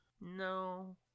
No